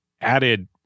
added